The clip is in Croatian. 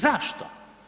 Zašto?